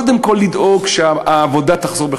קודם כול לדאוג שהעבודה תחזור,